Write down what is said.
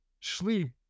sleep